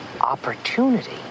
Opportunity